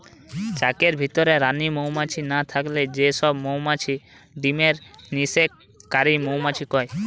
চাকের ভিতরে রানী মউমাছি না থাকলে যে সব মউমাছি ডিমের নিষেক কারি মউমাছি কয়